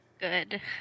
Good